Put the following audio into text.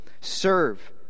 Serve